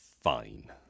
fine